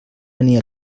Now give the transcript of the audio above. venir